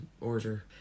order